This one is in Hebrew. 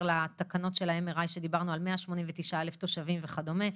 לתקנות ה-MRI שדיברנו על 189,000 תושבים וכדומה.